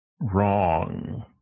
wrong